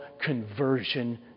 conversion